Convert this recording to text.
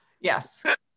Yes